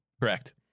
Correct